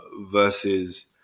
versus